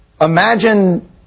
Imagine